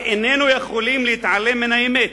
אך איננו יכולים להתעלם מהאמת.